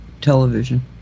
television